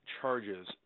charges